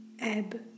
ebb